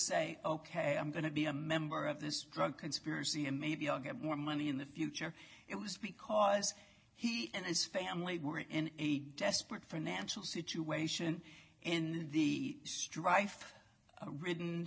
say ok i'm going to be a member of this drug conspiracy and maybe i'll get more money in the future it was because he and his family were in a desperate financial situation in the strife